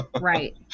Right